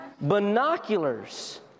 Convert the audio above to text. Binoculars